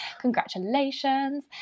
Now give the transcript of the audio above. congratulations